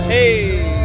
Hey